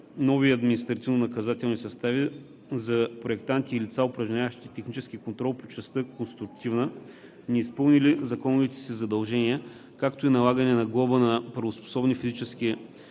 нови административнонаказателни състави за проектанти и лица, упражняващи технически контрол по част „Конструктивна“, неизпълнили законовите си задължения, както и налагането на глоба на правоспособни физически